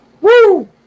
Woo